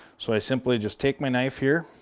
so i simply just take my knife here,